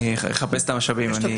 אני אחפש את המשאבים.